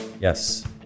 Yes